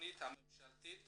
התכנית הממשלתית